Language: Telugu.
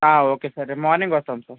ఆ ఓకే సార్ రేపు మార్నింగ్ వస్తాం సార్